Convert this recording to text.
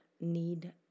need